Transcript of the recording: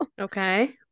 okay